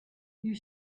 you